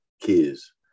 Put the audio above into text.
kids